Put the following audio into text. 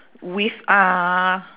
with uh